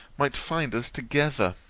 might find us together.